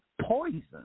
poison